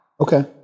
Okay